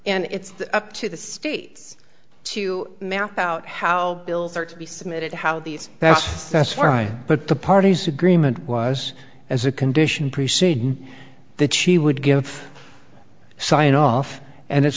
and it's up to the states to map out how bills are to be submitted how these now but the parties agreement was as a condition preceding that she would give signed off and it